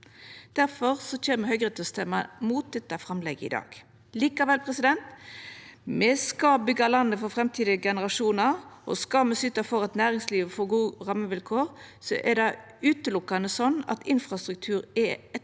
Difor kjem Høgre til å stemma mot dette framlegget i dag. Likevel: Me skal byggja landet for framtidige generasjonar, og skal me syta for at næringslivet får gode rammevilkår, er det utelukkande slik at infrastruktur er ein